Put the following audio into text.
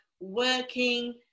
working